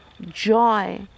joy